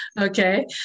okay